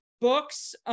books